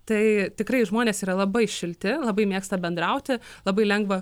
tai tikrai žmonės yra labai šilti labai mėgsta bendrauti labai lengva